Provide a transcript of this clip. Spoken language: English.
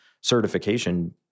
certification